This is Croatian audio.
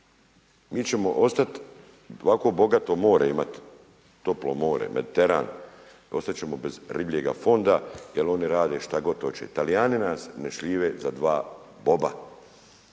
mi ćemo ostati ovakvo bogato more imati, toplo more, Mediteran, ostat ćemo bez ribljega fonda, jer oni rade šta god hoće. Talijani nas ne šljive za dva boba.